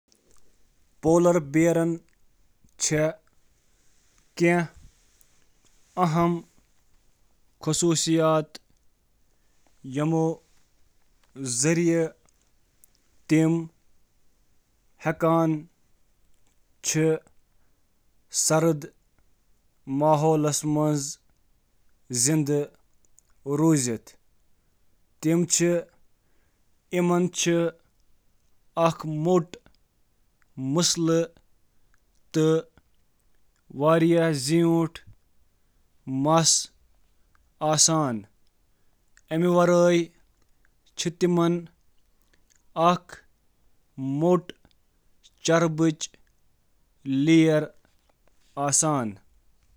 قطبی ریچھن منٛز چِھ واریاہ منفرد خصوصیات آسان یم تمن سردی منٛز زندٕ روزنس منٛز مدد چِھ کران، بشمول فر، ڈاونی تہہ، گارڈ ہیئر تہٕ کھوکھلی مس۔